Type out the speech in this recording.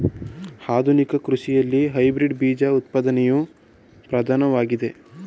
ಆಧುನಿಕ ಕೃಷಿಯಲ್ಲಿ ಹೈಬ್ರಿಡ್ ಬೀಜ ಉತ್ಪಾದನೆಯು ಪ್ರಧಾನವಾಗಿದೆ